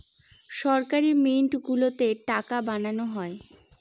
সরকারি মিন্ট গুলোতে টাকা বানানো হয়